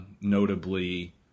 notably